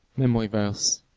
memory verse,